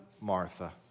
Martha